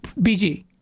BG